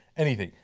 anything,